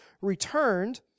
returned